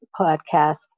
podcast